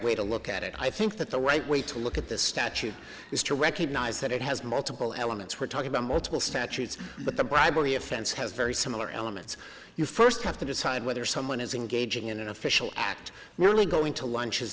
way to look at it i think that the right way to look at this statute is to recognize that it has multiple elements we're talking about multiple statutes but the bribery offense has very similar elements you first have to decide whether someone is engaging in an official act merely going to lunch is